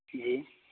جی